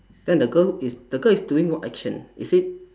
then the girl is the girl is doing what action is it